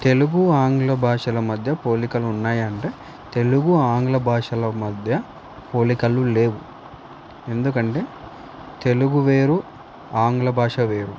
తెలుగు ఆంగ్ల భాషల మధ్య పోలికలు ఉన్నాయా అంటే తెలుగు ఆంగ్ల భాషల మధ్య పోలికలు లేవు ఎందుకంటే తెలుగు వేరు ఆంగ్ల భాష వేరు